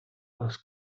вас